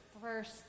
first